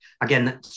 again